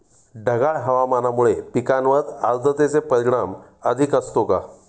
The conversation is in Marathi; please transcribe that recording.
ढगाळ हवामानामुळे पिकांवर आर्द्रतेचे परिणाम अधिक असतो का?